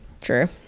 True